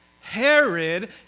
Herod